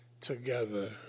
together